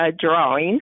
drawing